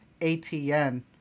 ATN